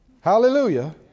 Hallelujah